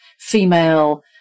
female